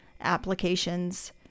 applications